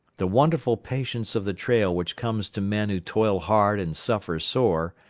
the wonderful patience of the trail which comes to men who toil hard and suffer sore,